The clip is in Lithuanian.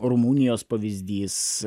rumunijos pavyzdys